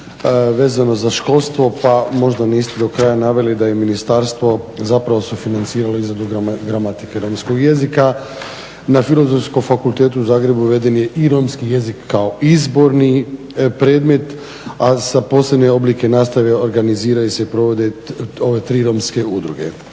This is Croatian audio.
vezano za školstvo pa možda niste do kraja naveli da je ministarstvo zapravo sufinanciralo i za … /Govornik se ne razumije./… romskog jezika. Na Filozofskom fakultetu u Zagrebu uveden je i romski jezik kao izborni predmet, a sa posebnim oblicima nastave organiziraju se i provode ove tri romske udruge.